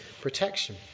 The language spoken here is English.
protection